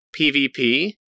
PvP